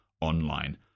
online